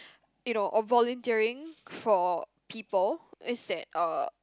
you know or volunteering for people is that uh